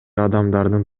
адамдардын